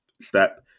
step